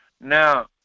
Now